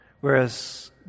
Whereas